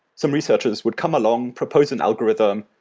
some researchers would come along, propose an algorithm,